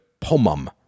pomum